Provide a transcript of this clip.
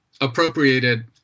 appropriated